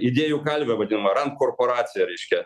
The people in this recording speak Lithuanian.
idėjų kalve vadinama ram korporacija reiškia